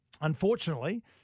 unfortunately